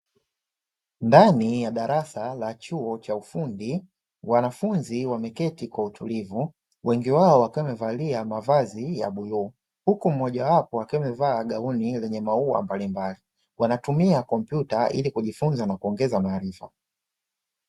Ndani ya darasa la chuo cha ufundi, wanafunzi wameketi kwa utulivu wengi wao wakiwa wamevalia mavazi ya bluu, huku mmoja wao akiwa amevalia gauni lenye maua mbalimbali wanatumia kompyuta ili kujifunza na kuongeza maarifa.